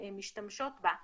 משתמשים בהן